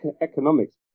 economics